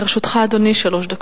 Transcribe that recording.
לרשותך, אדוני, שלוש דקות.